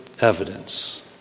evidence